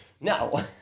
No